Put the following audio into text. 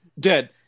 Dead